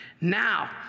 Now